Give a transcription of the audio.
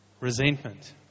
Resentment